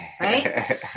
right